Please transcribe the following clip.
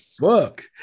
look